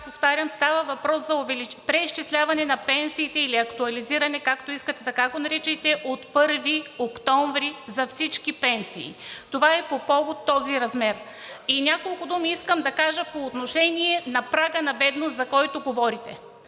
повтарям, става въпрос за преизчисляване на пенсиите или актуализиране, както искате така го наричайте, от 1 октомври – за всички пенсии. Това е по повод този размер. И няколко думи искам да кажа по отношение прага на бедност, за който говорите.